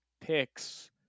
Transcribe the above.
picks